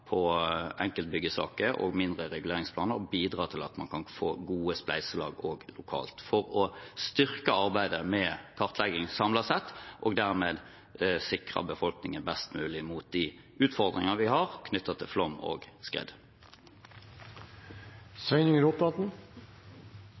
på enkeltbyggesaker og mindre reguleringsplaner og bidra til at man kan få gode spleiselag lokalt for å styrke arbeidet med kartlegging samlet sett, og dermed sikre befolkningen best mulig mot de utfordringer vi har knyttet til flom og skred.